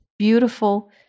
Beautiful